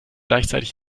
gleichzeitig